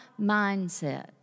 mindset